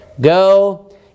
Go